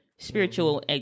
Spiritual